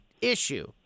issue